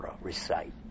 Recite